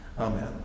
Amen